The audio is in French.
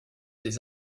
des